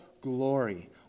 glory